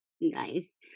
Nice